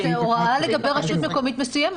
זו הוראה לגבי רשות מקומית מסוימת.